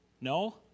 No